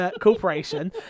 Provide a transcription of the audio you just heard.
corporation